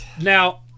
Now